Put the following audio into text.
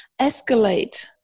escalate